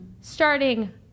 starting